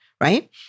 Right